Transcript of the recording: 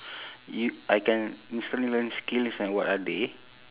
y~ I can instantly learn skills and what are they